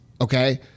okay